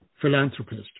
philanthropist